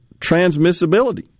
transmissibility